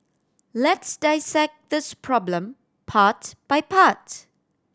let's dissect this problem part by part